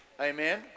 amen